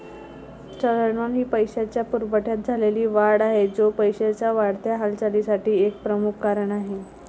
चलनवाढ ही पैशाच्या पुरवठ्यात झालेली वाढ आहे, जो पैशाच्या वाढत्या हालचालीसाठी एक प्रमुख कारण आहे